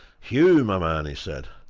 hugh, my man! he said,